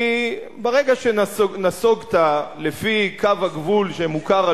כי ברגע שנסוגְת לפי קו הגבול שמוכר,